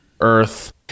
earth